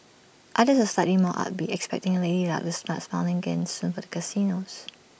others slightly more upbeat expecting lady luck to start smiling again soon for the casinos